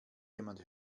jemand